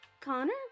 Connor